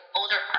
older